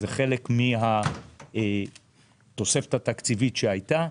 זה חלק מהתוספת התקציבית שהייתה,